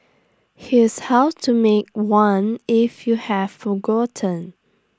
here's how to make one if you have forgotten